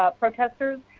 ah protesters,